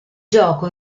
gioco